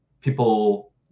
people